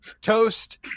toast